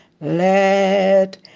let